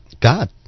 God